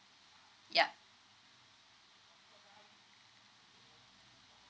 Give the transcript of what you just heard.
yup